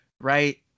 Right